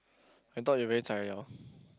I thought you very zai [liao]